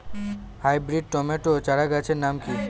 Hybrid tomato চারাগাছের নাম কি?